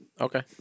Okay